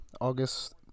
August